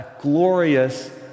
glorious